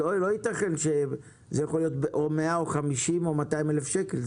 לא יתכן שזה יכול להיות או 100 או 50 או 200 אלף שקלים.